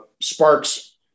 sparks